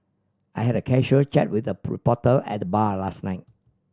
I had a casual chat with a reporter at the bar last night